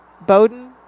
Bowden